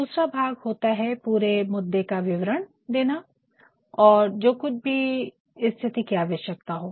दूसरा भाग होता है पूरे मुद्दे का विवरण देना और जो कुछ भी स्थिति की आवशयकता हो